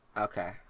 Okay